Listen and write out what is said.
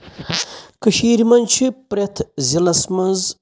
کٔشیٖرِ منٛز چھِ پرٛٮ۪تھ ضلعس منٛز